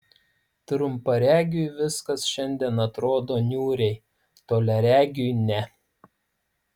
trumparegiui viskas šiandien atrodo niūriai toliaregiui ne